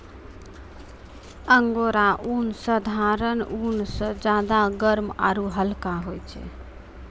angora ऊन साधारण ऊन स ज्यादा गर्म आरू हल्का होय छै